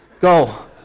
Go